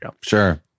Sure